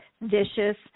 vicious